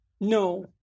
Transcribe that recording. No